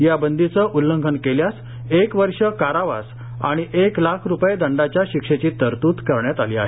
या बंदीचं उल्लंघन केल्यास एक वर्ष कारावास आणि एक लाख रुपये दंडाच्या शिक्षेची तरतूद करण्यात आली आहे